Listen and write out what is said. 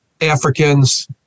Africans